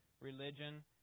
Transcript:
religion